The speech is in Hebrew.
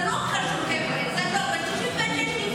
זה לא קשור, חבר'ה.